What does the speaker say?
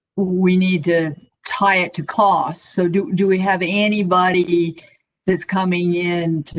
we need to tie it to cost. so, do do we have anybody that's coming in to?